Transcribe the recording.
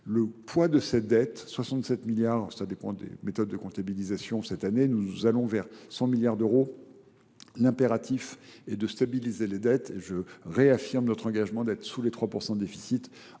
Le poids de cette dette, 67 milliards, ça dépend des méthodes de comptabilisation cette année, nous allons vers 100 milliards d'euros. L'impératif est de stabiliser les dettes et je réaffirme notre engagement d'être sous les 3% de déficit